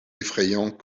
effrayant